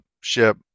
ship